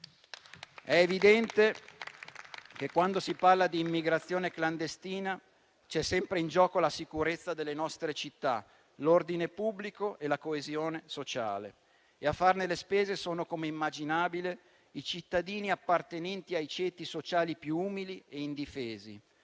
È evidente che, quando si parla di immigrazione clandestina, ci sono sempre in gioco la sicurezza delle nostre città, l'ordine pubblico e la coesione sociale e a farne le spese sono - come immaginabile - i cittadini appartenenti ai ceti sociali più umili e indifesi.